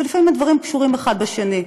ולפעמים הדברים קשורים אחד בשני,